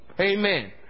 Amen